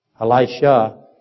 Elisha